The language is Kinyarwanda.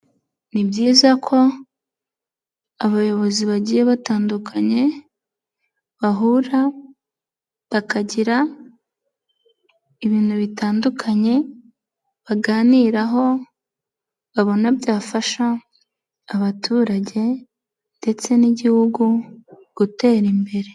Ni byiza ko abayobozi bagiye batandukanye bahura, bakagira ibintu bitandukanye baganiraho, babona byafasha abaturage ndetse n'igihugu gutera imbere.